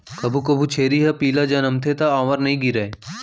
कभू कभू छेरी ह पिला जनमथे त आंवर नइ गिरय